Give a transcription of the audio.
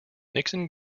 nixon